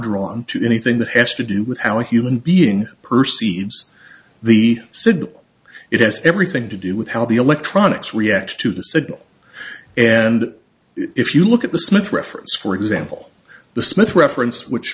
drawn to anything that has to do with how a human being perceives the cid it has everything to do with how the electronics reacts to the signal and if you look at the smith reference for example the smith reference which